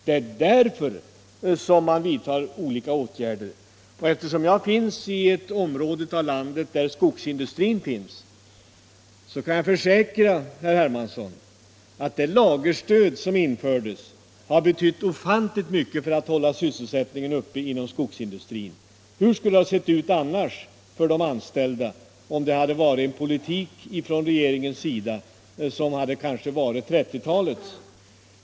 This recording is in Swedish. Det är därför vi vidtar olika åtgärder av det slaget. Eftersom jag bor i ett område i landet med skogsindustrier, kan jag försäkra herr Hermansson att det lagerstöd som införts har betytt mycket för att hålla sysselsättningen uppe där. Hur skulle det ha sett ut annars för de anställda — om regeringen hade fört en politik som kanske hade varit lik den vid 1930-talets ingång?